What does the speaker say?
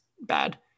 bad